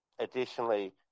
Additionally